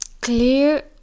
clear